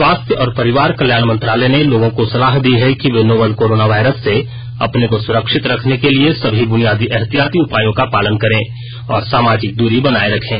स्वास्थ्य और परिवार कल्याण मंत्रालय ने लोगों को सलाह दी है कि वे नोवल कोरोना वायरस से अपने को सुरक्षित रखने के लिए सभी बुनियादी एहतियाती उपायों का पालन करें और सामाजिक दूरी बनाए रखें